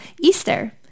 Easter